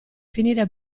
finire